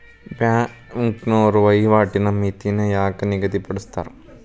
ಬ್ಯಾಂಕ್ನೋರ ವಹಿವಾಟಿನ್ ಮಿತಿನ ಯಾಕ್ ನಿಗದಿಪಡಿಸ್ತಾರ